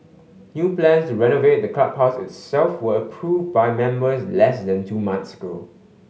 new plans to renovate the clubhouse itself were approved by members less than two months ago